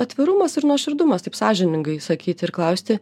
atvirumas ir nuoširdumas taip sąžiningai sakyti ir klausti